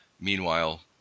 meanwhile